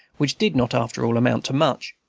which did not, after all, amount to much.